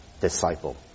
disciple